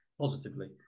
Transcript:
positively